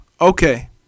okay